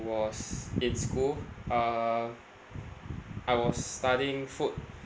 was in school uh I was studying food